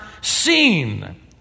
seen